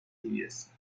tibias